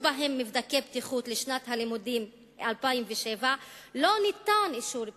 בהם מבדקי בטיחות לשנת הלימודים 2007 לא ניתן אישור בטיחותי.